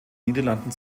niederlanden